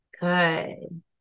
good